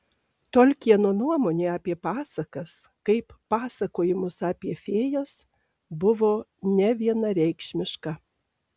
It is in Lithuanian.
tolkieno nuomonė apie pasakas kaip pasakojimus apie fėjas buvo nevienareikšmiška